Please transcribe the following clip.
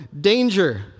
Danger